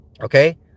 okay